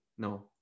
No